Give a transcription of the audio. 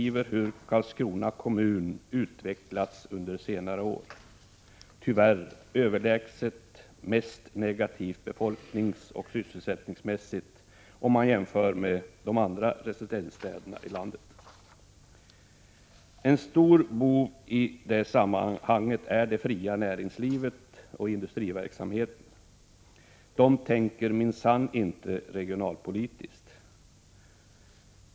1986/87:129 kommun utvecklats under senare år — tyvärr i särklass mest negativt befolkningsoch sysselsättningsmässigt om man jämför med alla andra residensstäder i landet. En stor bov i sammanhanget är det fria näringslivet och industriverksamheten. De tänker minsann inte regionalpolitiskt.